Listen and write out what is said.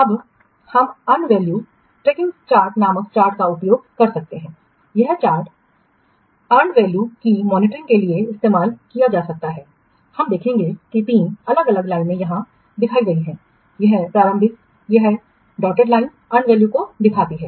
अब हम earned value tracking chart नामक चार्ट का उपयोग कर सकते हैं यह चार्ट अर्नड वैल्यू की मॉनिटरिंग के लिए इस्तेमाल किया जा सकता है हम देखेंगे कि तीन अलग अलग लाइनें यहाँ दिखाई गई हैं यह प्रारंभिक यह डॉटेड लाइन अर्नड वैल्यू को दिखाती है